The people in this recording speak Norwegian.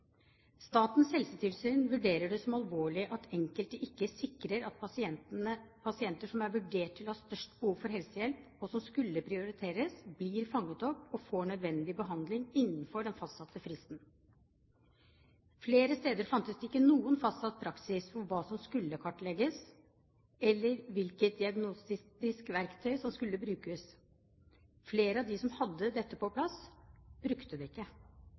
Statens helsetilsyn vurderer det som alvorlig at enkelte ikke sikrer at pasienter som er vurdert til å ha størst behov for helsehjelp, og som skulle prioriteres, blir fanget opp og får nødvendig behandling innenfor den fastsatte fristen. Flere steder fantes det ikke noen fastsatt praksis for hva som skulle kartlegges, eller hvilket diagnostisk verktøy som skulle brukes. Flere av dem som hadde dette på plass, brukte det ikke.